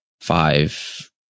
five